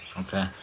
Okay